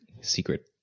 secret